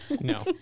No